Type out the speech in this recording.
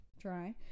try